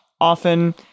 often